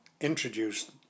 introduce